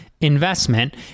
investment